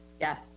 Yes